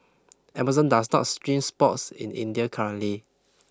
Amazon does not stream sports in India currently